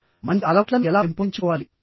మరియు మంచి అలవాట్లను ఎలా పెంపొందించుకోవాలి